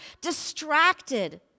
distracted